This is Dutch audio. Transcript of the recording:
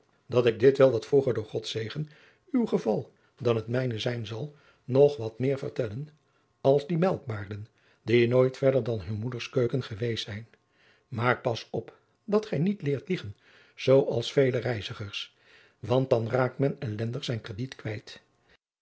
dat dit wel wat vroeger door gods zegen uw geval dan het mijne zijn zal nog wat meer vertellen als die melkbaarden die nooit verder dan hun moeders keuken geweest zijn maar pas op dat gij niet leert liegen zoo als vele reizigers want dan raakt men ellendig zijn krediet kwijt